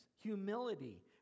humility